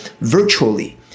virtually